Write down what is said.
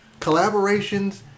collaborations